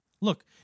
Look